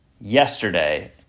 yesterday